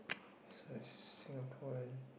so it's Singaporean